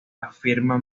afirma